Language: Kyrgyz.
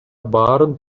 баарын